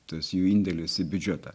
tas jų indėlis į biudžetą